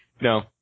No